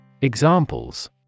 Examples